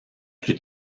plus